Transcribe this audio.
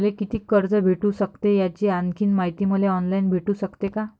मले कितीक कर्ज भेटू सकते, याची आणखीन मायती मले ऑनलाईन भेटू सकते का?